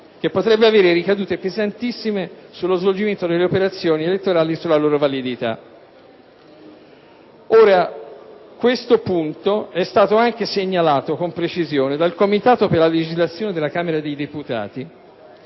potrebbe avere ricadute pesantissime sullo svolgimento delle operazioni elettorali e sulla loro validità. Questo punto è stato anche segnalato con precisione dal Comitato per la legislazione della Camera dei deputati